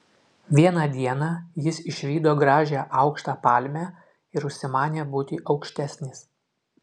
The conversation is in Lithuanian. vieną dieną jis išvydo gražią aukštą palmę ir užsimanė būti aukštesnis